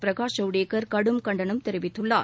பிரகாஷ் ஜவுடேகர் கடும் கண்டனம் தெரிவித்துள்ளார்